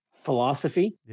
philosophy